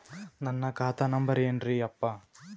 ನನ್ನ ಖಾತಾ ನಂಬರ್ ಏನ್ರೀ ಯಪ್ಪಾ?